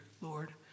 Lord